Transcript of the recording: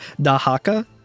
Dahaka